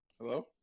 Hello